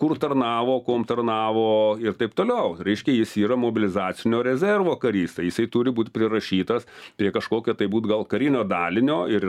kur tarnavo kuom tarnavo ir taip toliau reiškia jis yra mobilizacinio rezervo karys tai jisai turi būt prirašytas prie kažkokio tai būt gal karinio dalinio ir